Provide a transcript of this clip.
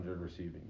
receiving